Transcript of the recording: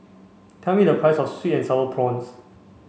tell me the price of sweet and sour prawns